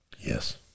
Yes